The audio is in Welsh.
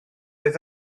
oedd